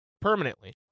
permanently